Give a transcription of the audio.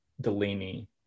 Delaney